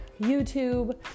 YouTube